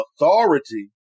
authority